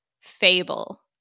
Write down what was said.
Fable